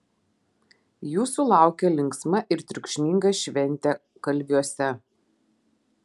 jūsų laukia linksma ir triukšminga šventė kalviuose